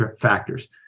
factors